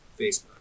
Facebook